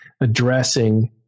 addressing